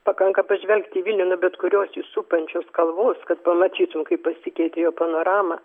pakanka pažvelgti į vilnių nuo bet kurios supančios kalvos kad pamatytum kaip pasikeitė jo panorama